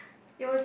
it was